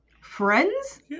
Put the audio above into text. Friends